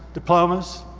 diplomas,